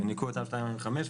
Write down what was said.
בניכוי אותם 2.45%,